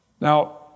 Now